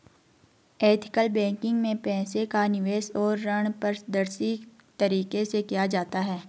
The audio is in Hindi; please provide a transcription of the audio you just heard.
एथिकल बैंकिंग में पैसे का निवेश और ऋण पारदर्शी तरीके से किया जाता है